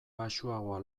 baxuagoa